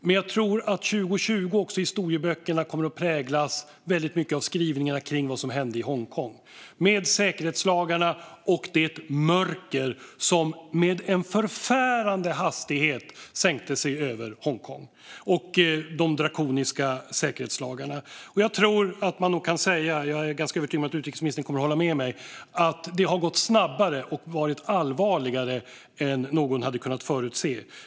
Men jag tror att 2020 i historieböckerna också kommer att präglas av skrivningar om vad som hände i Hongkong med de drakoniska säkerhetslagarna och det mörker som med en förfärande hastighet sänkte sig över Hongkong. Jag är övertygad om att utrikesministern håller med mig om att det har gått snabbare och varit allvarligare än någon kunde förutse.